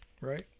right